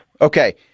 Okay